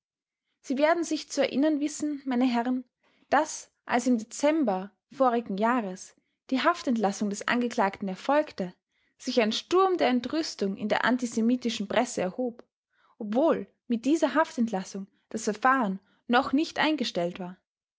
sie werden sich zu erinnern wissen meine herren daß als im dezember v j die haftentlassung des angeklagten erfolgte sich ein sturm der entrüstung in der antisemitischen presse erhob obwohl mit dieser haftentlassung das verfahren noch nicht eingestellt war